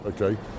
okay